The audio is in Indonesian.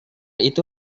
itu